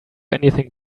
anything